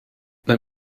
let